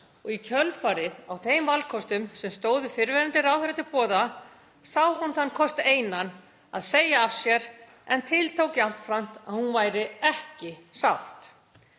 og í kjölfarið á þeim valkostum sem stóðu fyrrverandi ráðherra til boða sá hún þann kost einan að segja af sér en tiltók jafnframt að hún væri ekki sátt.